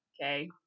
Okay